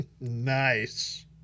Nice